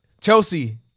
Chelsea